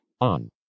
On